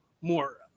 more